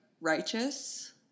righteous